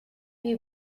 you